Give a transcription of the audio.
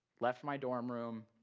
left my dorm room,